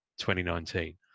2019